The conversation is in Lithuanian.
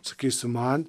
sakysim man